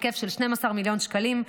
בהיקף של 12 מיליון שקלים,